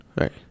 Right